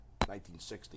1960